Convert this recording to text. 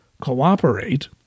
cooperate